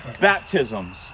baptisms